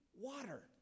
water